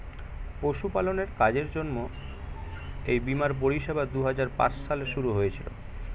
পশুপালনের কাজের জন্য এই বীমার পরিষেবা দুহাজার পাঁচ সালে শুরু হয়েছিল